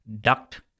duct